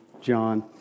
John